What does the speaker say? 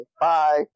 Bye